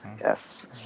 Yes